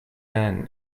man